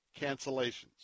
cancellations